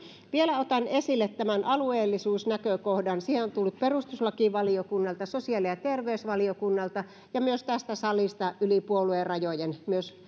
vielä otan esille tämän alueellisuusnäkökohdan siihen on tullut perustuslakivaliokunnalta sosiaali ja terveysvaliokunnalta ja myös tästä salista yli puoluerajojen